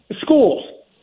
Schools